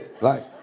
life